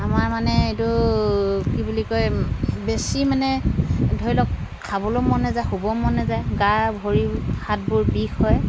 আমাৰ মানে এইটো কি বুলি কয় বেছি মানে ধৰি লওক খাবলৈ মন নাযায় শুব মন নাযায় গাৰ ভৰি হাতবোৰ বিষ হয়